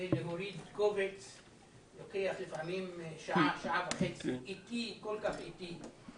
שלוקח שעה וחצי להוריד קובץ בשל איטיות הרשת.